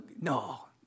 no